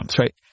right